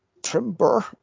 Trimber